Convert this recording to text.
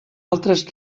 altres